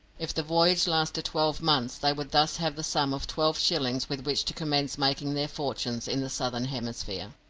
if the voyage lasted twelve months they would thus have the sum of twelve shillings with which to commence making their fortunes in the southern hemisphere.